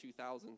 2000s